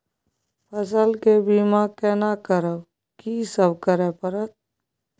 फसल के बीमा केना करब, की सब करय परत?